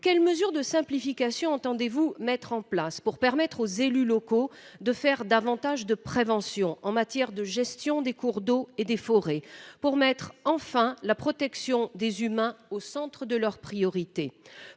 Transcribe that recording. Quelles mesures de simplification entendez vous mettre en place pour permettre aux élus locaux de faire davantage de prévention en matière de gestion des cours d’eau et des forêts, pour mettre enfin la protection des humains au centre des priorités ?